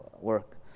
work